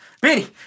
Benny